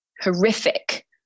horrific